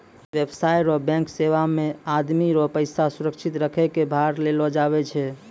व्यवसाय रो बैंक सेवा मे आदमी रो पैसा सुरक्षित रखै कै भार लेलो जावै छै